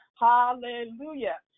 Hallelujah